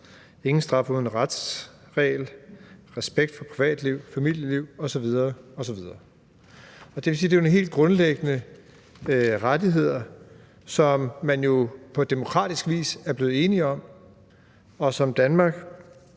ingen straf uden retsregel, respekt for privatliv, familieliv osv. osv. Det vil sige, at det er nogle helt grundlæggende rettigheder, som man jo på demokratisk vis er blevet enige om, og som Danmark